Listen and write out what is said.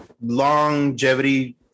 longevity